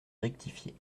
rectifié